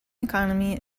economy